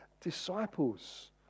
disciples